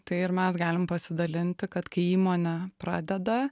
tai ir mes galim pasidalinti kad kai įmonė pradeda